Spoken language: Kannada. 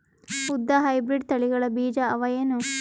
ಉದ್ದ ಹೈಬ್ರಿಡ್ ತಳಿಗಳ ಬೀಜ ಅವ ಏನು?